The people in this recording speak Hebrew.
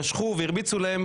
נשכו והרביצו להם,